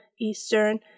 Eastern